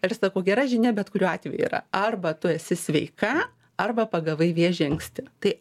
ir sakau gera žinia bet kuriuo atveju yra arba tu esi sveika arba pagavai vėžį anksti tai